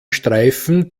streifen